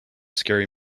scary